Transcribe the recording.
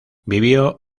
vivió